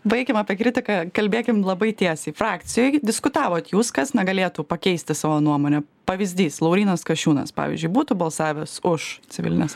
baikim apie kritiką kalbėkim labai tiesiai frakcijoj diskutavot jūs kas na galėtų pakeisti savo nuomonę pavyzdys laurynas kasčiūnas pavyzdžiui būtų balsavęs už civilinės